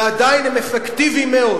ועדיין הם אפקטיביים מאוד.